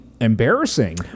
embarrassing